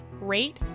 rate